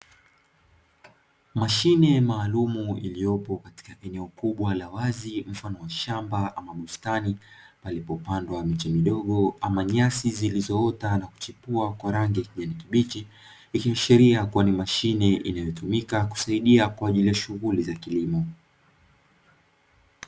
Mashine maalumu iliyopo katika eneo kubwa la wazi mfano wa shamba ama bustani, palipopandwa miche midogo ama nyasi zilizoota na kuchipua kwa rangi ya kijani kibichi, ikiashiria kuwa ni mashine inayotumika kusaidia kwa ajili shughuli za kilimo.